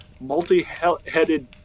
multi-headed